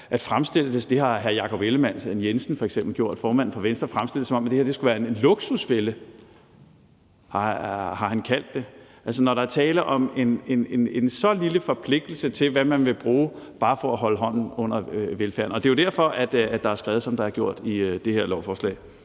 hr. Jakob Ellemann-Jensen, formanden for Venstre, har gjort det, nemlig som om det her skulle være en luksusfælde – det har han kaldt det – altså når der er tale om en så lille forpligtelse til, hvad man vil bruge bare for at holde hånden under velfærden. Det er jo derfor, at der er skrevet, som der er gjort, i det her lovforslag.